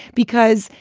because,